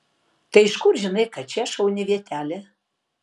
tai iš kur žinai kad čia šauni vietelė